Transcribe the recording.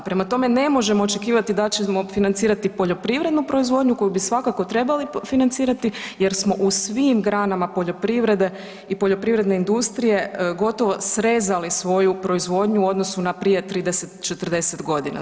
Prema tome, ne možemo očekivati da ćemo financirati poljoprivrednu proizvodnju koju bi svakako trebali financirati jer smo u svim granama poljoprivrede i poljoprivredne industrije gotovo srezali svoju proizvodnju u odnosu na prije 30, 40 godina.